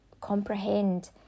comprehend